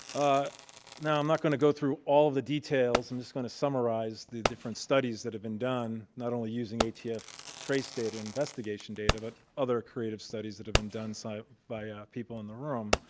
ah now i'm not going to go through all the details. i'm just going to summarize the different studies that have been done, not only using atf trace data, investigation data, but other creative studies that have been done so by ah people in the room.